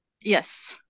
Yes